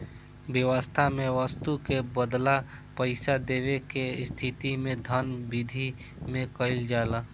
बेवस्था में बस्तु के बदला पईसा देवे के स्थिति में धन बिधि में कइल जाला